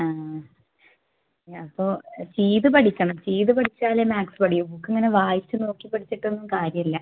ആ ഞാ അപ്പോൾ ചെയ്ത് പഠിക്കണം ചെയ്ത് പഠിച്ചാലെ മാത്സ് പഠിയൂ ബുക്ക് അങ്ങനെ പിന്നെ വായിച്ച് നോക്കി പഠിച്ചിട്ടൊന്നും കാര്യവില്ല